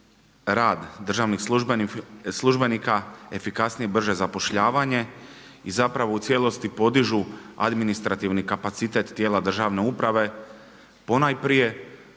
rad državnih službenika, efikasnije brže zapošljavanje i zapravo u cijelosti podižu administrativni kapacitet tijela državne uprave ponajprije